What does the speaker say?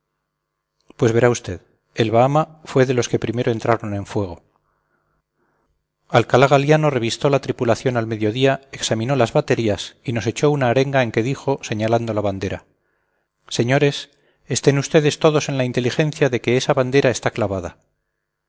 pues verá usted el bahama fue de los que primero entraron en fuego alcalá galiano revistó la tripulación al mediodía examinó las baterías y nos echó una arenga en que dijo señalando la bandera señores estén ustedes todos en la inteligencia de que esa bandera está clavada